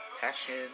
passion